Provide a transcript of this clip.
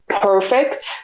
perfect